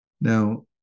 Now